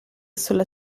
sulla